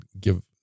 give